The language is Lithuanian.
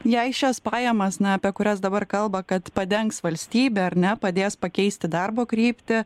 jei šias pajamas na apie kurias dabar kalba kad padengs valstybė ar ne padės pakeisti darbo kryptį